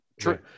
True